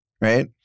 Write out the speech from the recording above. right